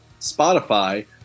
Spotify